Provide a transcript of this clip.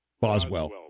Boswell